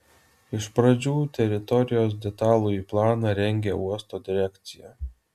iš pradžių teritorijos detalųjį planą rengė uosto direkcija